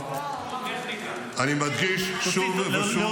אתה מרחיב את הפטור ל-70,000 --- לצאת מייד.